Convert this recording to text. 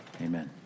Amen